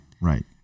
Right